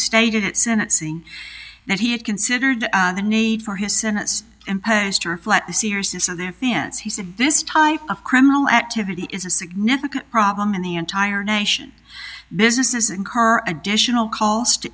stated at sentencing that he had considered the need for his sentence imposed to reflect the seriousness of their fans he said this type of criminal activity is a significant problem in the entire nation businesses incur additional c